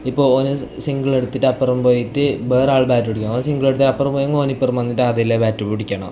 ഇപ്പോൾ ഓൻ സിംഗിൾ എടുത്തിട്ട് അപ്പുറം പോയിട്ട് വേറെ ആൾ ബാറ്റ് പിടിക്കും ഓൻ സിംഗിൾ എടുത്താൽ അപ്പുറം പോയെങ്കിൽ ഓൻ ഇപ്പുറം വന്നിട്ട് അതിലേ ബാറ്റ് പിടിക്കണം